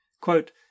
Quote